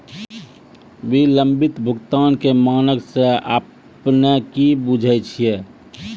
विलंबित भुगतान के मानक से अपने कि बुझै छिए?